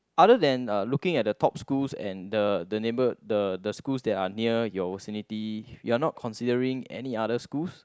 other than uh looking at the top schools and the the neighbour the the schools that are near your vicinity you are not considering any other schools